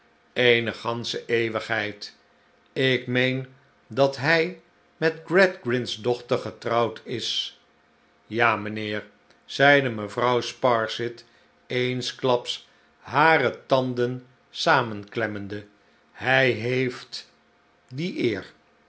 eene gansche eeuwigheid ik meen dat hij met gradgrind's dochter getrouwd is ja mijnheer zeide mevrouw sparsit eensklaps hare tanden samenklemmende hij heeft die eer